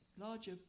larger